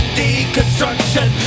deconstruction